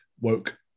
woke